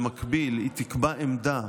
במקביל היא תקבע עמדה